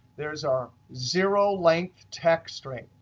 there's our zero length text string.